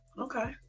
Okay